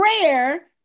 prayer